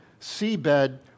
seabed